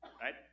right